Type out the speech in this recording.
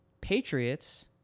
Patriots